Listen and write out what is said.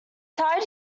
tired